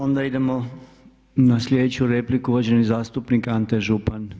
Onda idemo na sljedeću repliku uvaženi zastupnik Ante Župan.